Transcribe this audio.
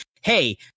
Hey